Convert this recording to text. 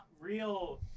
real